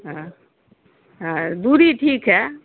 ہاں ہاں دوری ٹھیک ہے